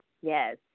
Yes